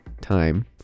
time